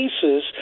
cases